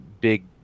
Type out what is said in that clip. big